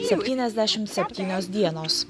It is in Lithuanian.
septyniasdešimt septynios dienos